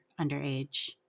underage